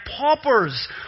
paupers